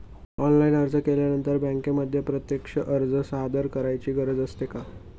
Online अर्ज केल्यानंतर बँकेमध्ये प्रत्यक्ष अर्ज सादर करायची गरज असते का?